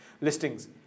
listings